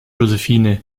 josephine